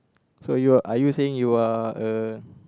so you are you saying you are a